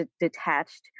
detached